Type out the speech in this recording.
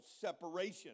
separation